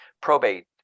probate